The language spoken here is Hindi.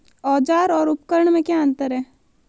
औज़ार और उपकरण में क्या अंतर है?